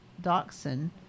Dachshund